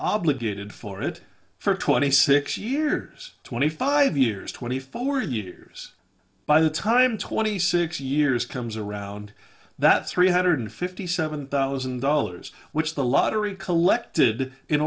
obligated for it for twenty six years twenty five years twenty four years by the time twenty six years comes around that three hundred fifty seven thousand dollars which the lottery collected in